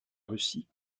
russie